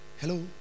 hello